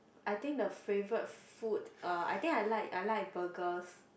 I think the favourite food uh I think I like I like burgers